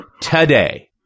today